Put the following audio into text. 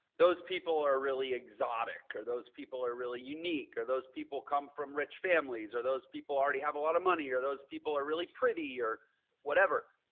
those people are really exotic or those people are really unique or those people come from rich families or those people already have a lot of money here. those people are really pretty or whatever.